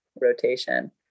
rotation